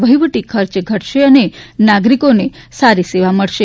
વહીવટી ખર્ચ ઘટશે અને નાગરીકોને ખૂબ સારી સેવા મળશે